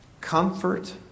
Comfort